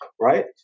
Right